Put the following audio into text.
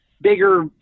bigger